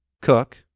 cook